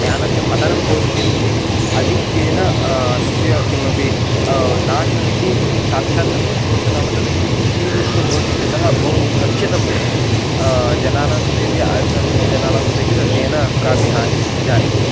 यानस्य पतनं भवति चेदपि अधिक्येन तस्य किमपि नाशः इति साक्षात् न भवति किमर्थं नाम तत् श्टील् युक्तं भवति इत्यतः बहु रक्षितं भवति जनानां कृते अपि अन्तस्थनीयजनानां कृते अपि तत् तेन कापि हानिः न जायते